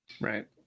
right